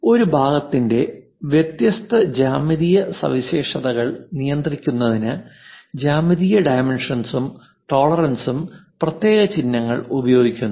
ഒരു ഭാഗത്തിന്റെ വ്യത്യസ്ത ജ്യാമിതീയ സവിശേഷതകൾ നിയന്ത്രിക്കുന്നതിന് ജ്യാമിതീയ ഡൈമെൻഷൻസും ടോളറൻസും പ്രത്യേക ചിഹ്നങ്ങൾ ഉപയോഗിക്കുന്നു